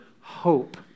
hope